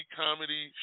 comedy